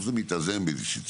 בסוף זה מתאזן באיזושהי צורה.